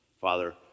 Father